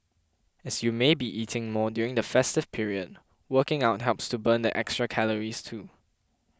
as you may be eating more during the festive period working out helps to burn the extra calories too